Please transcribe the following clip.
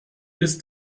ist